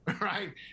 right